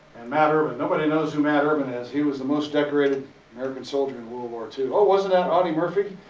and matt urban. nobody knows who matt urban is. he was the most decorated american soldier in world war two. oh wasn't that audie murphy?